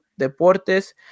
Deportes